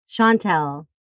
Chantel